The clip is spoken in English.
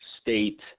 state